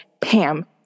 Pam